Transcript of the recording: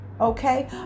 Okay